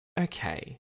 Okay